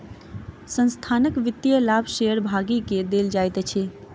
संस्थानक वित्तीय लाभ शेयर भागी के देल जाइत अछि